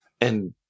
And-